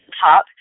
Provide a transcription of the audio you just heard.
top